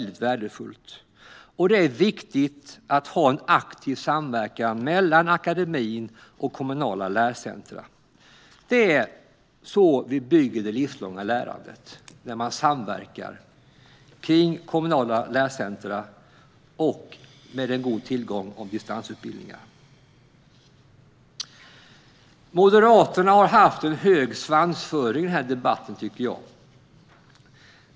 Det är också viktigt att ha en aktiv samverkan mellan akademin och kommunala lärcentrum. Vi bygger det livslånga lärandet genom samverkan kring kommunala lärcentrum och en god tillgång till distansutbildningar. Moderaterna har haft en hög svansföring i den här debatten, tycker jag.